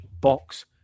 box